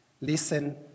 listen